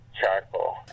charcoal